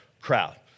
crowd